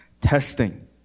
testing